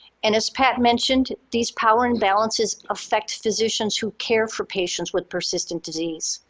and as pat mentioned, these power imbalances affect physicians who care for patients with persistent disease.